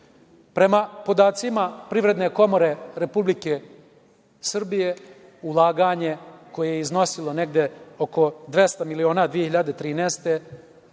Prema podacima Privredne komore Republike Srbije, ulaganje koje je iznosilo negde oko 200 miliona 2013.